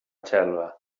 xelva